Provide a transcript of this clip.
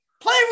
Play